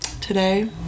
today